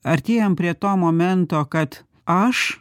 artėjam prie to momento kad aš